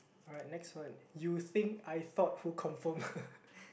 right next one you think I thought who confirm